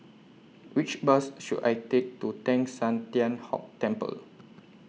Which Bus should I Take to Teng San Tian Hock Temple